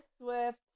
Swift